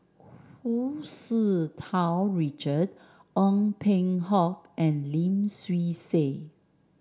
Hu Tsu Tau Richard Ong Peng Hock and Lim Swee Say